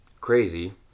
crazy